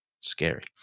Scary